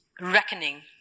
reckoning